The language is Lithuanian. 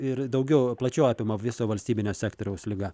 ir daugiau plačiau apima viso valstybinio sektoriaus liga